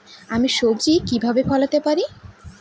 আমি সবজি কিভাবে ফলাতে পারি?